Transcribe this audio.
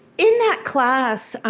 in that class,